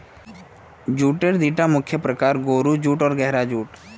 जूटेर दिता मुख्य प्रकार, गोरो जूट आर गहरा जूट